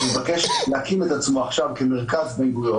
שמבקש להקים את עצמו עכשיו כמרכז בן-גוריון,